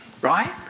right